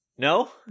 No